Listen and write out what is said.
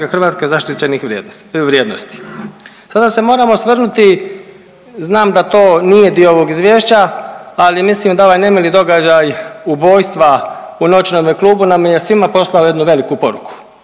RH zaštićenih vrijednosti. Sada se moramo osvrnuti, znam da to nije dio ovog izvješća, ali mislim da ovaj nemili događaj ubojstva u noćnome klubu nam je svima poslao jednu veliku poruku.